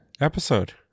episode